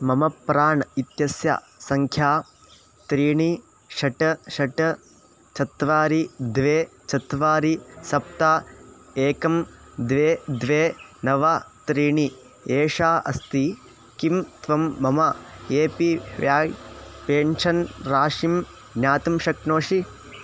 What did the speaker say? मम प्राण् इत्यस्य सङ्ख्या त्रीणि षट् षट् चत्वारि द्वे चत्वारि सप्त एकं द्वे द्वे नव त्रीणि एषा अस्ति किं त्वं मम ए पी व्याय् पेन्शन् राशिं ज्ञातुं शक्नोषि